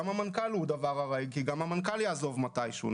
גם המנכ"ל הוא ארעי כי גם המנכ"ל יעזוב מתישהו.